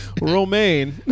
Romaine